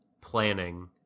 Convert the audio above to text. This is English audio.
planning